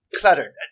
cluttered